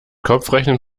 kopfrechnen